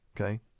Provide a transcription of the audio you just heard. Okay